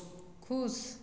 खुश